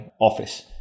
office